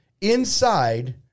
inside